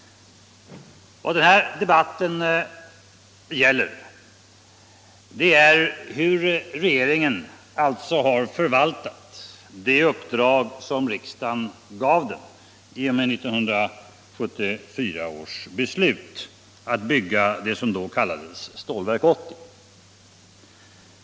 Vad den här debatten gäller är alltså hur regeringen har förvaltat det uppdrag som riksdagen gav den i och med 1974 års beslut att bygga det som då kallades Stålverk 80.